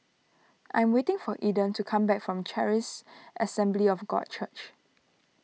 I am waiting for Eden to come back from Charis Assembly of God Church